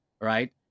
right